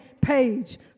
page